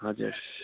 हजुर